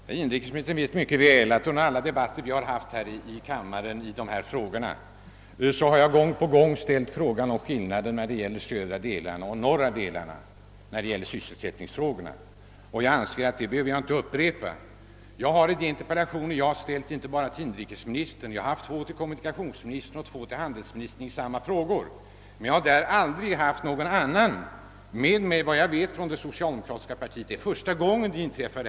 Herr talman! Inrikesministern vet mycket väl att jag i alla debatter vi haft här i kammaren om dessa saker gång på gång har ställt frågan om skillnaden mellan de södra och de norra delarna av vårt land beträffande sysselsättningen; den anser jag mig inte behöva upprepa. När jag har framställt interpellationer, inte bara till inrikesministern — utan jag har riktat två till kommunikationsministern och två till handelsministern i samma frågor har jag aldrig haft någon med mig från det socialdemokratiska partiet. Detta är första gången det inträffar.